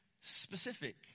specific